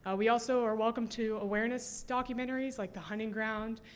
ah we also are welcome to awareness documentaries like the hunting ground.